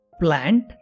plant